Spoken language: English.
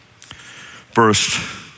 First